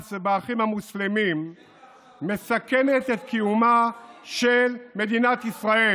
בעבאס ובאחים המוסלמים מסכנת את קיומה של מדינת ישראל,